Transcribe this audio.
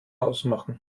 ausmachen